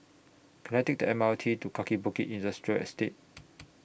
Can I Take The M R T to Kaki Bukit Industrial Estate